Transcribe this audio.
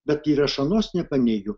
bet ir aš anuos nepaneigiu